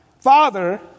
father